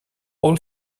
all